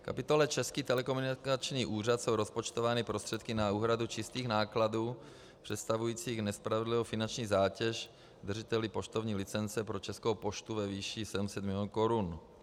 V kapitole Český telekomunikační úřad jsou rozpočtovány prostředky na úhradu čistých nákladů představujících nespravedlivou finanční zátěž držiteli poštovní licence pro Českou poštu ve výši 700 milionů korun.